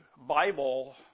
Bible